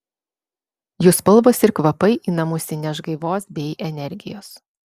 jų spalvos ir kvapai į namus įneš gaivos bei energijos